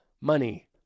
money